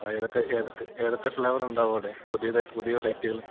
ആ ഏതൊക്കെ ഏതൊക്കെ ഏതൊക്കെ ഫ്ലേവറുണ്ടാവും അവിടെ പുതിയതായിട്ട് പുതിയ വെറൈറ്റികള്